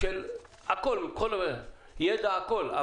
ידע, הכל.